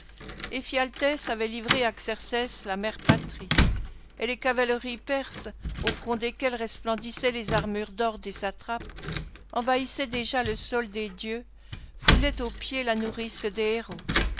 éphialtès avait livré à xerxès la mère patrie et les cavaleries perses au front desquelles resplendissaient les armures d'or des satrapes envahissaient déjà le sol des dieux foulaient aux pieds la nourrice des héros